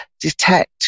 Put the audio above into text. detect